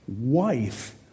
Wife